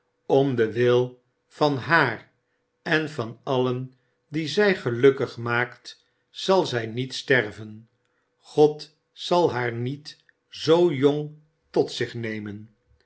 om den wil van haar en van allen die zij gelukkig maakt zal zij niet sterven god zal haar niet zoo jong tot zich nemen